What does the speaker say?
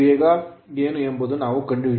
ವೇಗ ಏನು ಎಂದು ನಾವು ಕಂಡುಹಿಡಿಯಬೇಕು